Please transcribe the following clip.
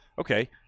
okay